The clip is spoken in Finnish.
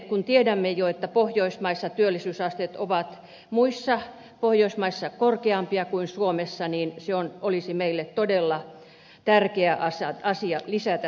kun tiedämme jo että työllisyysasteet ovat muissa pohjoismaissa korkeampia kuin suomessa niin meille olisi todella tärkeä asia lisätä työllisyyttä